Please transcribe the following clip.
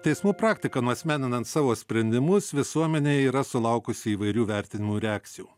teismų praktika nuasmeninant savo sprendimus visuomenėj yra sulaukusi įvairių vertinimų reakcijų